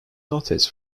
notice